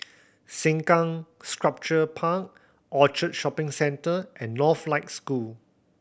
Sengkang Sculpture Park Orchard Shopping Centre and Northlight School